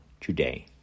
today